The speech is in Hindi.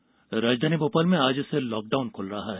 लॉकडाउन राजधानी भोपाल में आज से लॉकडाउन खुल रहा है